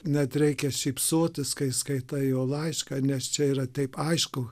net reikia šypsotis kai skaitai jo laišką nes čia yra taip aišku